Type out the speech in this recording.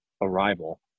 Arrival